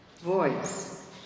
Voice